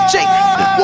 Jake